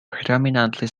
predominantly